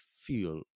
feel